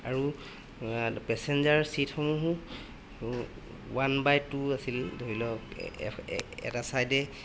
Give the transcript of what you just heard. আৰু পেছেঞ্জাৰ ছিটসমূহো one by two আছিল ধৰি লওক এটা ছাইডে